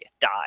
die